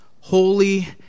holy